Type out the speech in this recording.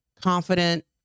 Confident